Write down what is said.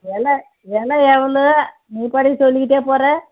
விலை விலை எவ்வளவு நீ பாட்டுக்கு சொல்லிகிட்டே போகிற